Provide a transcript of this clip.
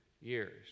years